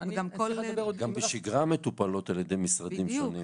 גם בשגרה מטופלות על ידי משרדים שונים.